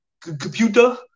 computer